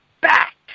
back